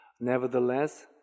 Nevertheless